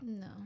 No